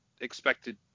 Expected